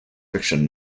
fiction